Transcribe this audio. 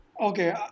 Okay